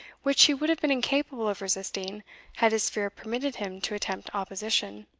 which he would have been incapable of resisting had his fear permitted him to attempt opposition,